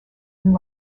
and